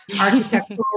architectural